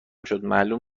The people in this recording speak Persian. شد، معلوم